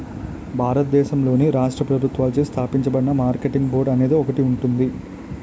భారతదేశంలోని రాష్ట్ర ప్రభుత్వాలచే స్థాపించబడిన మార్కెటింగ్ బోర్డు అనేది ఒకటి ఉంటుంది